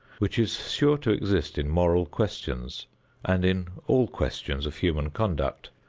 which is sure to exist in moral questions and in all questions of human conduct,